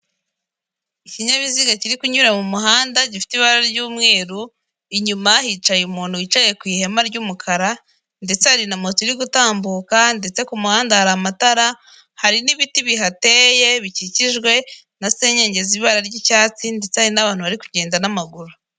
Ikinyabiziga kiri kunyura mu muhanda gifite ibara ry'umweru, inyuma hicaye umuntu wicaye ku ihema ry'umukara, ndetse hari na moto iri gutambuka, ndetse ku muhanda hari amatara, hari n'ibiti bihateye, bikikijwe na senyenge z'ibara ry'icyatsi, ndetse hari n'abantu bari kugenda n'amaguru.